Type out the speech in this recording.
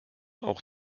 auch